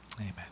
Amen